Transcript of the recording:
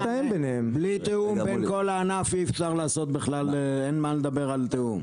בלי תיאום בין כל הענף אי אפשר לדבר על תיאום.